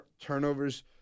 turnovers